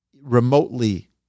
remotely